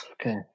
Okay